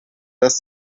dass